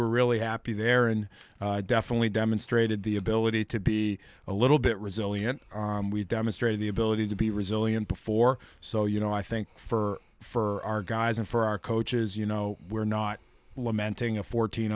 were really happy there and definitely demonstrated the ability to be a little bit resilient we've demonstrated the ability to be resilient before so you know i think for for our guys and for our coaches you know we're not lamenting a fourteen